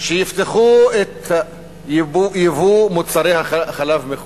שיפתחו את ייבוא מוצרי החלב מחו"ל.